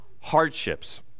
hardships